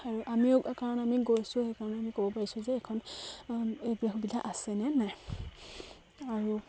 আৰু আমিও কাৰণ আমি গৈছোঁ সেইকাৰণে আমি ক'ব পাৰিছোঁ যে এইখন এইবিলাক সুবিধা আছেনে নাই আৰু